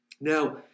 Now